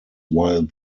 while